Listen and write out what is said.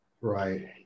Right